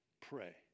pray